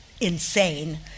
insane